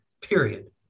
period